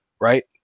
right